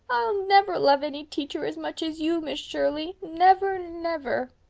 i'll never love any teacher as much as you, miss shirley, never, never.